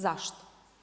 Zašto?